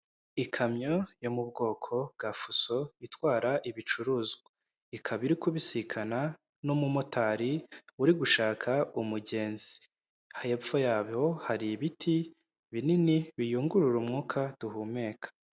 Ikamyo yo mu bwoko ga fuso itwara ibicuruzwa, ikaba iri kubisikana n'umumotari uri gushaka umugenzi hepfo yaho hari ibiti binini biyungurura umwuka duhumeka.